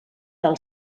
del